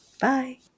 Bye